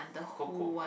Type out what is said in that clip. Coco